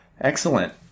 Excellent